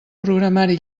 programari